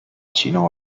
chino